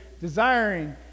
desiring